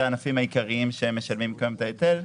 אלו הענפים העיקריים שמשלמים את ההיטל.